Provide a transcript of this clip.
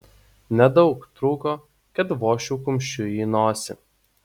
nedaug trūko kad vožčiau kumščiu į nosį